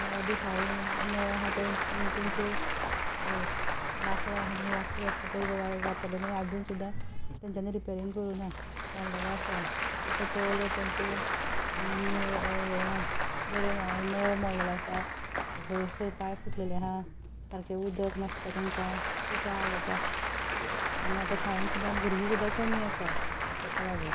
शाळेंत नळे आसा तेंचे लाकूड आसता पळय वापरलेलें आजून सुद्दां तेंच्यांनी रिपेरींग करूना मोडलेलें आसा तशे टॉयलट तेंचे निवळ हें ना बरे ना नळ मोडलेलो आसा खंय खंय पायप फुटलेलीं आसा सारकें उदक नासता तेंकां खूब हाल जाता आनी आतां शाळेंत सुद्दां भुरगीं सुद्दां कमी आसा तेका लागून